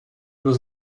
was